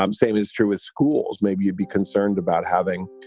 um same is true with schools maybe you'd be concerned about having,